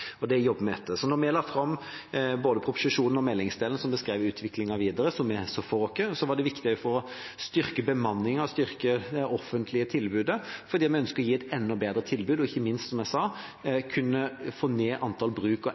og det jobber vi etter. Da vi la fram både proposisjonen og meldingsdelen som beskrev utviklingen videre, som vi så den for oss, var det viktig også å styrke bemanningen og det offentlige tilbudet for å gi mennesker enda bedre tilbud og ikke minst, som jeg sa, kunne få ned antall bruk av